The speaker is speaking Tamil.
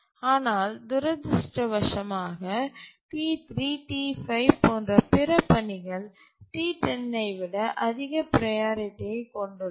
ஆனால் துரதிர்ஷ்டவசமாக T3 T5 போன்ற பிற பணிகள் T10 ஐ விட அதிக ப்ரையாரிட்டி யைக் கொண்டுள்ளன